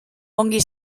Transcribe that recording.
ongi